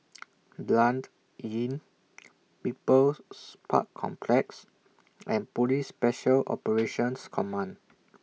Blanc Inn People's Park Complex and Police Special Operations Command